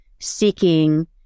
seeking